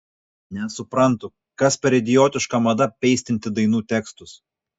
nesuprantu kas per idiotiška mada peistinti dainų tekstus